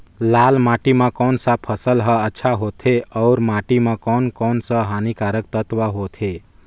लाल माटी मां कोन सा फसल ह अच्छा होथे अउर माटी म कोन कोन स हानिकारक तत्व होथे?